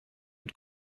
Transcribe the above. mit